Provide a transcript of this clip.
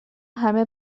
همه